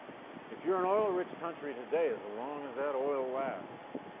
if you're an oil rich country today, as long as that oil lasts,